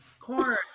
Corn